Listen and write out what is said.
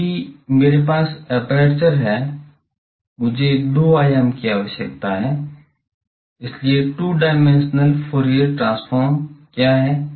अब चूंकि मेरे पास एपर्चर है मुझे दो आयाम की आवश्यकता है इसलिए टू डायमेंशनल फूरियर ट्रांसफॉर्म क्या है